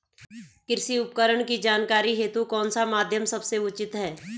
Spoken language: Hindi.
कृषि उपकरण की जानकारी हेतु कौन सा माध्यम सबसे उचित है?